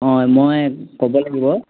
অঁ মই ক'ব লাগিব